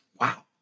Wow